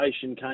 came